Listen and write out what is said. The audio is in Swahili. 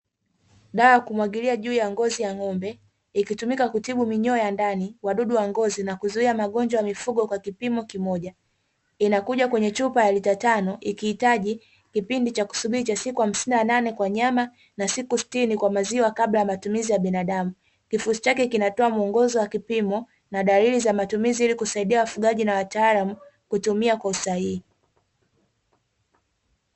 Dawa ya kumwagilia juu ya ngozi ya ng'ombe inatumika kutibu minyoo ya ndani, wadudu wa ngozi na kuzuia msongo wa mifugo kwa kipimo kimoja. Inakuja kwenye chupa ya lita tano ikihitaji kipindi cha kusubiri cha siku hamsini na nane kwa nyama na siku sitini kwa maziwa kabla ya matumizi ya binadamu. Kifurushi chake kinatoa mwongozo wa kipimo na dalili za matumizi ili kusaidia mtumiaji kufanya matumizi kwa usahihi.